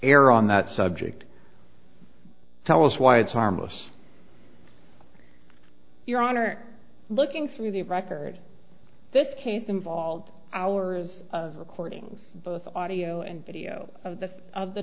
here on that subject tell us why it's harmless your honor looking through the record this case involved hours of recordings both audio and video of the of the